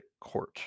court